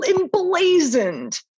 emblazoned